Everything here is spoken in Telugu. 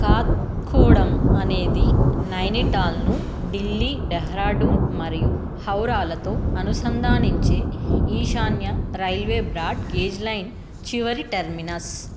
కాత్గోడం అనేది నైనిటాల్ను ఢిల్లీ డెహ్రాడూన్ మరియు హౌరాలతో అనుసంధానించే ఈశాన్య రైల్వే బ్రాడ్ గేజ్ లైన్ చివరి టర్మినస్